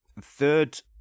Third